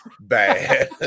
bad